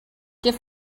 give